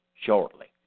shortly